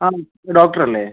ആ ഡോക്ടറല്ലേ